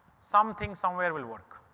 something somewhere will work.